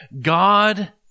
God